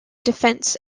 defense